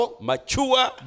Mature